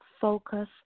focus